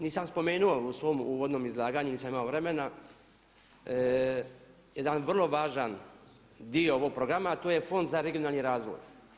Nisam spomenuo u svom uvodnom izlaganju, nisam imao vremena jedan vrlo važan dio ovog programa, a to je Fond za regionalni razvoj.